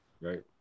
Right